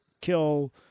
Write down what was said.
kill